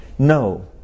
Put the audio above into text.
No